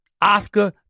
Oscar